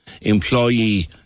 Employee